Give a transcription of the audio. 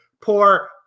poor